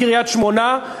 מקריית-שמונה,